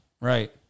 right